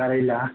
करैला